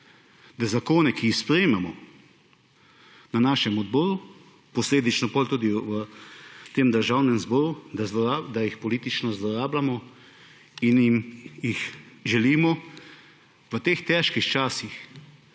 da zakone, ki jih sprejmemo, na našem odboru, posledično potem tudi v Državnem zboru, da jih politično zlorabljamo in jih želimo v teh težkih časih,